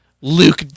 Luke